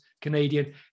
Canadian